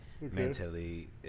mentally